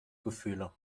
gefühle